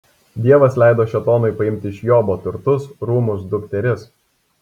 dievas leido šėtonui paimti iš jobo turtus rūmus dukteris